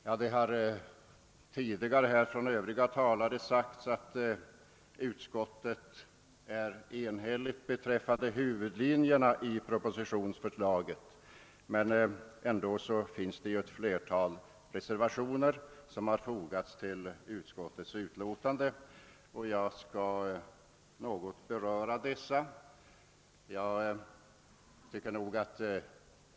Som några tidigare talare här framhållit har utskottet varit enhälligt beträffande huvudlinjerna i propositionens förslag, men ett flertal reservationer har ändå fogats till utskottets utlåtande och jag skall något beröra dessa reservationer.